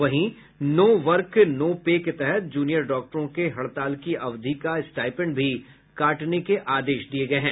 वहीं no work no pay के तहत जूनियर डॉक्टरों के हड़ताल की अवधि का स्टाइपेंड भी काटने के आदेश दिये गये हैं